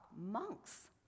monks